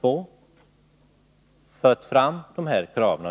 2 framfört dessa krav.